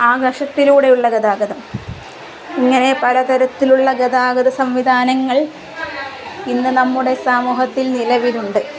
ആകാശത്തിലൂടെയുള്ള ഗതാഗതം ഇങ്ങനെ പലതരത്തിലുള്ള ഗതാഗത സംവിധാനങ്ങൾ ഇന്ന് നമ്മുടെ സമൂഹത്തിൽ നിലവിലുണ്ട്